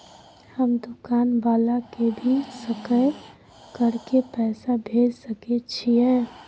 हम दुकान वाला के भी सकय कर के पैसा भेज सके छीयै?